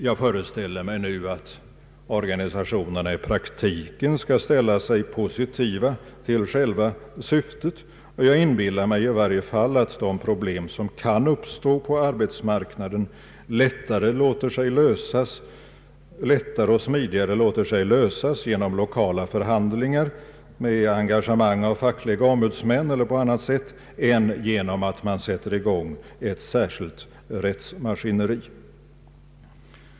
Jag föreställer mig nu att organisationerna i praktiken skall ställa sig positiva till själva syftet, och jag inbillar mig i varje fall att de problem som kan uppstå på arbetsmarknaden lättare och smidigare låter sig lösas genom lokala förhandlingar, genom engagemang av fackliga ombudsmän eller på annat sätt än genom att man sätter i gång ett särskilt rättsmaskineri.